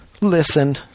listen